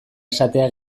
esatea